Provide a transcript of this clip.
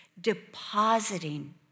depositing